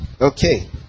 Okay